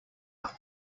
out